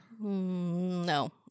No